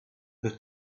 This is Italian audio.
per